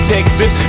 Texas